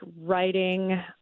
writing